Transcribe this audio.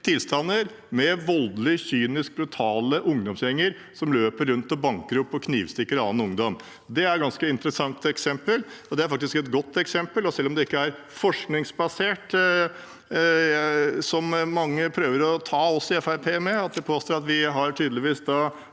tilstander med voldelige, kyniske, brutale ungdomsgjenger som løper rundt og banker opp og knivstikker annen ungdom. Det er et ganske interessant eksempel, og det er faktisk et godt eksempel. Selv om det ikke er forskningsbasert, som mange prøver å ta oss i Fremskrittspartiet